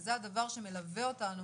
וזה הדבר שמלווה אותנו